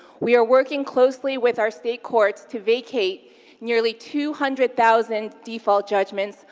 we are working closely with our state courts to vacate nearly two hundred thousand default judgments,